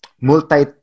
multi